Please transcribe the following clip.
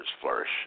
flourish